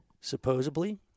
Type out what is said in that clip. supposedly